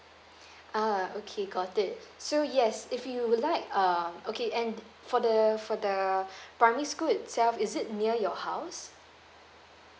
uh okay got it so yes if you would like uh okay and for the for the primary school itself is it near your house